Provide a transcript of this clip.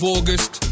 August